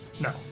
No